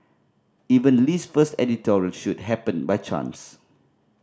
even Lee's first editorial shoot happened by chance